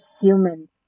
human